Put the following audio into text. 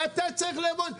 ואתה צריך לעבוד.